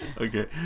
Okay